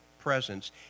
presence